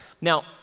Now